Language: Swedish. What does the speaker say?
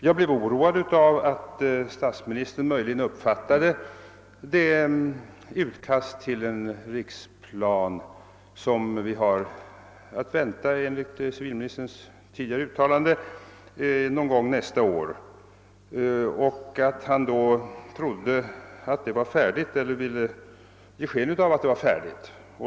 Jag är orolig för att statsministern möjligen åsyftade det utkast till en riksplan som vi enligt civilministerns tidigare uttalande har att vänta någon gång nästa år och att statsministern då trodde att det var färdigt eller ville ge sken av att det var färdigt.